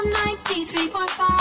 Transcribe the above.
93.5